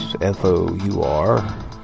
f-o-u-r